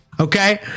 okay